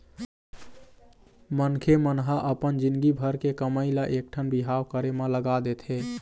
मनखे मन ह अपन जिनगी भर के कमई ल एकठन बिहाव करे म लगा देथे